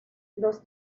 los